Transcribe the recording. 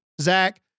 Zach